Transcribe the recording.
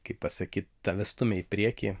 kaip pasakyt tave stumia į priekį